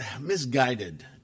misguided